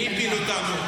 מי הפיל אותנו?